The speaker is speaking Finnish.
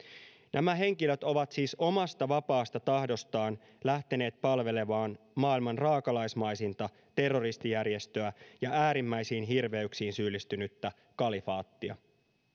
nämä henkilöt ovat siis omasta vapaasta tahdostaan lähteneet palvelemaan maailman raakalaismaisinta terroristijärjestöä ja äärimmäisiin hirveyksiin syyllistynyttä kalifaattia